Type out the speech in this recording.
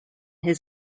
his